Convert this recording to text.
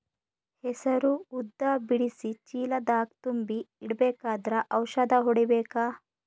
ಹೆಸರು ಉದ್ದ ಬಿಡಿಸಿ ಚೀಲ ದಾಗ್ ತುಂಬಿ ಇಡ್ಬೇಕಾದ್ರ ಔಷದ ಹೊಡಿಬೇಕ?